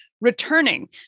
returning